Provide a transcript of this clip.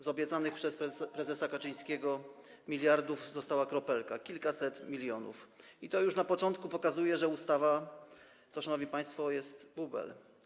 Z obiecanych przez prezesa Kaczyńskiego miliardów została kropelka, kilkaset milionów, i to już na początku pokazuje, że ustawa, szanowni państwo, jest bublem.